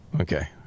Okay